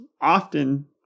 often